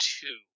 two